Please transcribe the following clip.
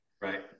right